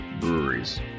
breweries